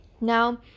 now